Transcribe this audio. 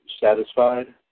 satisfied